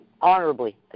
honorably